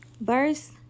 verse